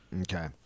Okay